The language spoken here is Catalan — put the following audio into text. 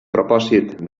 propòsit